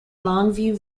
longview